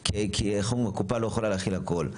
כי הרי הקופה לא יכולה לתת הכול.